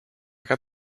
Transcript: got